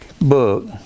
book